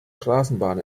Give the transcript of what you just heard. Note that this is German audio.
straßenbahn